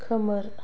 खोमोर